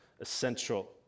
essential